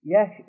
Yes